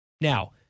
Now